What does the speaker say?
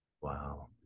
Wow